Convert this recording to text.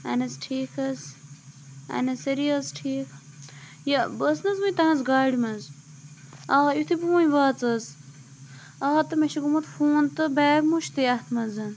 اَحہن حظ ٹھیٖک حٕظ اَہن حظ سٲری حٕظ ٹھیٖک یہِ بہٕ ٲسٕس نہ حٕظ وٕنی تُہٕنٛز گاڑِ مَنٛز آ یِتھُے بہٕ وَنۍ واژیس آ تہٕ مےٚ چھُ گوٚمُت فون تہٕ بیگ مٔشدی اتھ مَنٛز